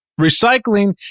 Recycling